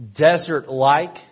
desert-like